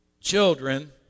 children